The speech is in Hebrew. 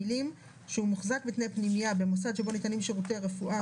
המילים "שהוא מוחזק בתנאי פנימייה במוסד שבו ניתנים שירותי רפואה,